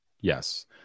yes